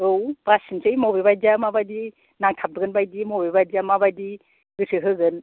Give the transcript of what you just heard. औ बासिनोसै बबे बायदिया माबायदि नांथाबगोन बायदि बबे बायदिया माबायदि गोसो होगोन